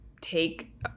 take